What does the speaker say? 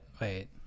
Wait